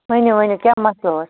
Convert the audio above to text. ؤنِو ؤنِو کیٛاہ مسلہٕ اوس